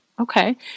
Okay